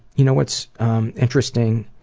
you know, it's interesting.